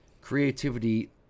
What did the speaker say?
creativity